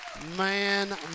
Man